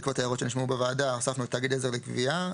בעקבות הערות שנשמעו בוועדה הוספנו "תאגיד עזר לגבייה"